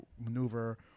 maneuver